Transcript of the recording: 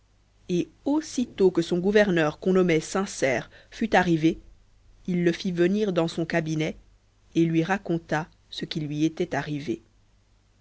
et aussitôt que son gouverneur qu'on nommait sincère fut arrivé il le fit venir dans son cabinet et lui raconta ce qui lui était arrivé